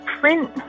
Print